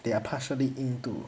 they are partially 印度